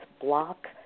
block